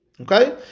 Okay